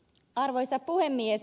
arvoisa puhemies